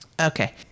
Okay